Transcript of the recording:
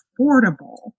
affordable